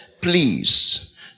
Please